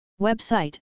Website